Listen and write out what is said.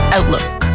Outlook